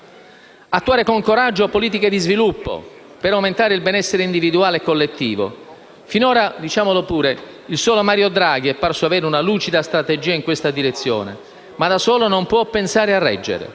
Attuare con coraggio politiche di sviluppo, per aumentare il benessere individuale e collettivo. Finora - diciamolo pure - il solo Mario Draghi è parso avere una lucida strategia in questa direzione, ma da solo non può pensare di reggere,